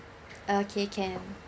okay can